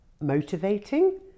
motivating